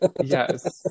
yes